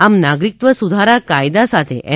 આમ નાગરિકત્વ સુધારા કાયદા સાથે એન